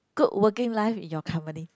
good working life in your company